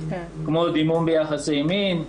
כמו דימום ביחסי מין,